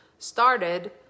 started